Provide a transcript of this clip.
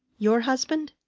your husband?